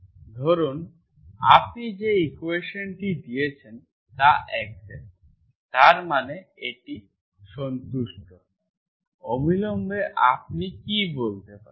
ধরুন আপনি যে ইকুয়েশন্টি দিয়েছেন তা এক্সাক্ট তার মানে এটা সন্তুষ্ট অবিলম্বে আপনি কী বলতে পারেন